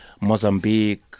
Mozambique